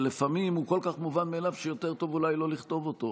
שלפעמים הוא כל כך מובן מאליו שיותר טוב אולי לא לכתוב אותו,